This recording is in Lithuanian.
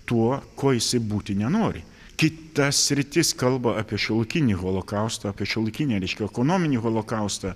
tuo kuo jisai būti nenori kita sritis kalba apie šiuolaikinį holokaustą apie šiuolaikinį reiškia ekonominį holokaustą